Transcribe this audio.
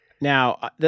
Now